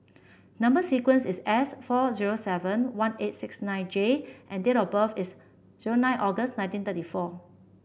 number sequence is S four zero seven one eight six nine J and date of birth is zero nine August nineteen thirty four